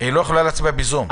היא לא יכולה להצביע בזום.